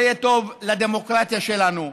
זה יהיה טוב לדמוקרטיה שלנו.